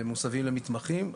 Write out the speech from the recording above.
והם מוסבים למתמחים.